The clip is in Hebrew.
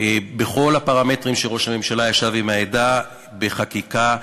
בכל הפרמטרים, שראש הממשלה ישב עם העדה, בחקיקה,